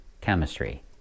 chemistry